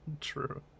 True